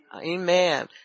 Amen